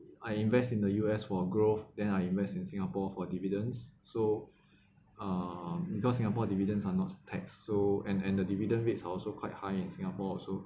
I invest in the U_S for growth then I invest in singapore for dividends so um because singapore dividends are not tax so and and the dividend rates are also quite high in singapore also